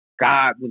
god